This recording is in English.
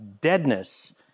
deadness